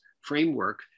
framework